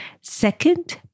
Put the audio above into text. second